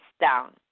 down